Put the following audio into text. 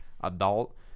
adult